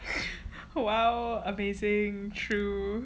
!wow! amazing true